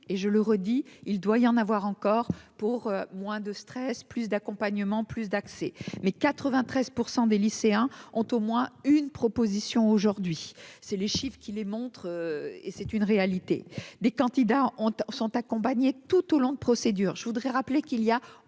et je le redis, il doit y en avoir encore pour moins de stress, plus d'accompagnement plus d'accès mais 93 % des lycéens ont au moins une proposition aujourd'hui, c'est le chiffre qui les montre, et c'est une réalité. Des candidats ont sont accompagnés tout au long de procédure, je voudrais rappeler qu'il y a